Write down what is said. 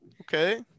Okay